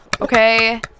okay